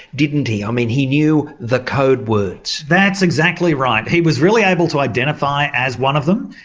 didn't he? i mean, he knew the code words? that's exactly right, he was really able to identify as one of them.